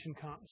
comes